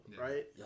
right